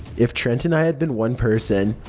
if trent and i had been one person,